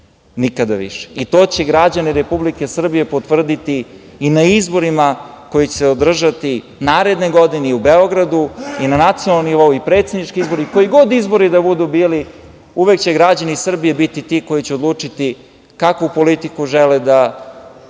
Nikada više. To će građane Republike Srbije potvrditi i na izborima koji će se održati naredne godine u Beogradu, na nacionalnom nivou i predsednički izbori, koji god izbori da budu bili uvek će građani Srbije biti ti koji će odlučiti kakvu politiku žele da